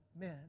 men